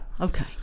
Okay